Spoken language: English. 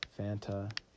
Fanta